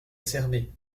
cerner